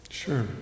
Sure